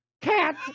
cat